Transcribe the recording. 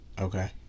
okay